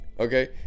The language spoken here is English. Okay